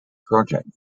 project